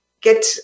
get